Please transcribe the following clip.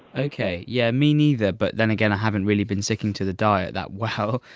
okay yeah me neither but then again i haven't really been sticking to the diet that well.